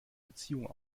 beziehung